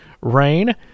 rain